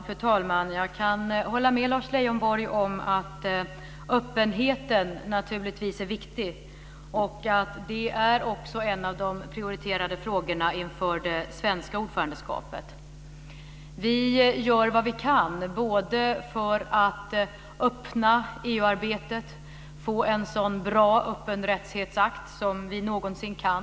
Fru talman! Jag kan hålla med Lars Leijonborg om att öppenheten är viktig. Det är också en av de prioriterade frågorna inför den svenska ordförandeperioden. Vi gör vad vi kan för att öppna EU-arbetet och få en så bra öppenhetsrättsakt som vi någonsin kan.